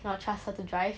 cannot trust her to drive